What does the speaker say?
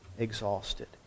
exhausted